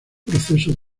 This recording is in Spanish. proceso